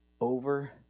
over